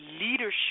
leadership